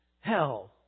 Hell